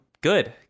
good